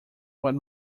what